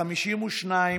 52,